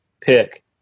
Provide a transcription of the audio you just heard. pick